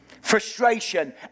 Frustration